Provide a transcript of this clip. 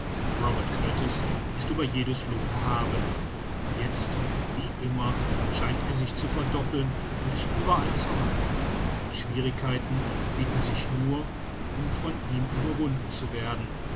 robert kurtis ist über jedes lob erhaben jetzt wie immer scheint er sich zu verdoppeln und ist überall zur hand schwierigkeiten bieten sich nur um von ihm überwunden zu werden